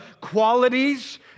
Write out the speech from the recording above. qualities